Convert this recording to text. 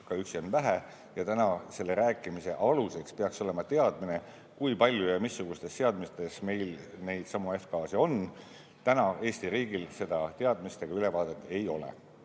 ka üksi on vähe, selle rääkimise aluseks peaks olema teadmine, kui palju ja missugustes seadmetes meil neidsamu F‑gaase on. Eesti riigil praegu seda teadmist ega ülevaadet ei ole.